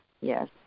yes